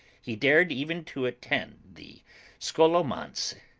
he dared even to attend the scholomance,